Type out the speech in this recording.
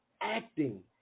acting